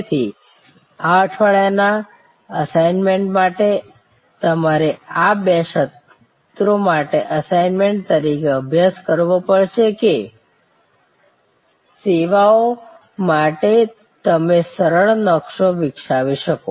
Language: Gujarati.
તેથી આ અઠવાડિયાના અસાઇનમેન્ટ માટે તમારે આ બે સત્રો માટે અસાઇનમેન્ટ તરીકે અભ્યાસ કરવો પડશે તે સેવાઓ માટે તમે સરળ નક્શો વિકસાવી શકો